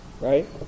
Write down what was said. Right